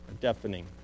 deafening